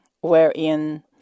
wherein